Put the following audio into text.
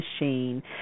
machine